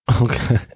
Okay